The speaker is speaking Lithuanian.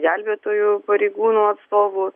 gelbėtojų pareigūnų atstovų